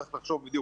צריך לחשוב בדיוק